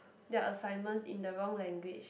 their assignments in the wrong language